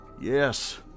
Yes